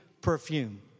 perfume